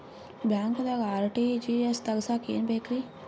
ಬ್ಯಾಂಕ್ದಾಗ ಆರ್.ಟಿ.ಜಿ.ಎಸ್ ತಗ್ಸಾಕ್ ಏನೇನ್ ಬೇಕ್ರಿ?